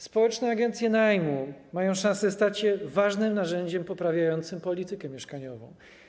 Społeczne agencje najmu mają szansę stać się ważnym narzędziem poprawiającym politykę mieszkaniową.